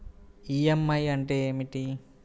EMI అంటే ఏమిటి?